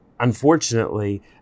Unfortunately